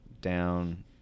down